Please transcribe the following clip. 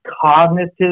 cognitive